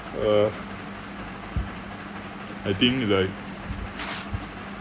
uh I think like